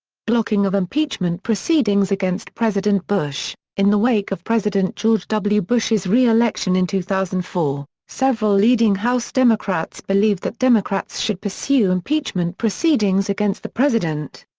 blocking of impeachment proceedings against president bush in the wake of president george w. bush's reelection in two thousand and four, several leading house democrats believed that democrats should pursue impeachment proceedings against the president.